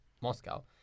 Moscow